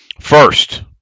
First